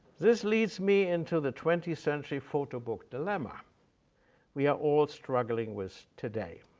this leads me into the twenty century photo book dilemma we are all struggling with today.